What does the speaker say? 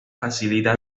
facilidad